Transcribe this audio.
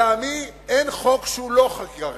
לטעמי, אין חוק שהוא לא חקיקה חברתית,